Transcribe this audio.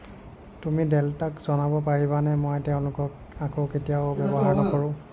তুমি ডেল্টাক জনাব পাৰিবানে মই তেওঁলোকক আকৌ কেতিয়াও ব্যৱহাৰ নকৰোঁ